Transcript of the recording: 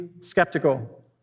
skeptical